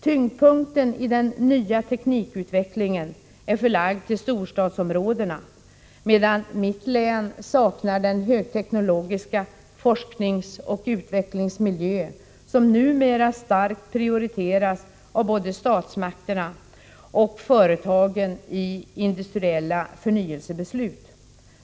Tyngdpunkten i den nya teknikutvecklingen är förlagd till storstadsområdena, medan mitt län saknar den högteknologiska forskningsoch utvecklingsmiljö som numera starkt prioriteras av både statsmakterna och företagen i industriella förnyelsebeslut.